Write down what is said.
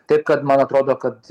taip kad man atrodo kad